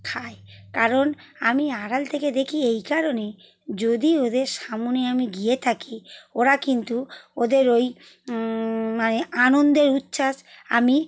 খায় কারণ আমি আড়াল থেকে দেখি এই কারণেই যদি ওদের সামনে আমি গিয়ে থাকি ওরা কিন্তু ওদের ওই মানে আনন্দের উচ্ছ্বাস আমি